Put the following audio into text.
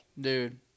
Dude